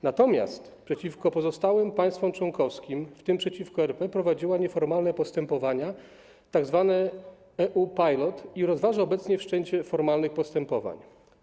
Natomiast przeciwko pozostałym państwom członkowskim, w tym przeciwko RP, prowadziła nieformalne postępowania, tzw. EU Pilot, i rozważa obecnie wszczęcie formalnych postępowań.